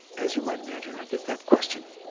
as you might imagine i get that question